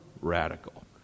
radical